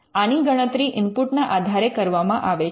આની ગણતરી ઇનપુટ ના આધારે કરવામાં આવી છે